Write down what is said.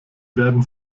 werden